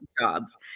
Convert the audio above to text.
jobs